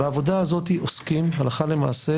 בעבודה הזאת עוסקים הלכה למעשה,